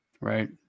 Right